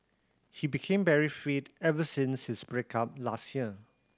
he became very fit ever since his break up last year